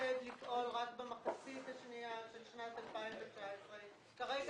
מתעתד לפעול רק במחצית השנייה של שנת 2019. כרגע